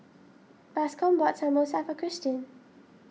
Bascom bought Samosa for Kirstin